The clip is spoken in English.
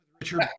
Richard